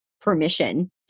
permission